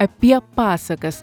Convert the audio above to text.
apie pasakas